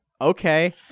Okay